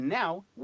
now